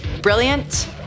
brilliant